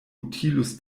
utilus